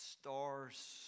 stars